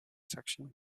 section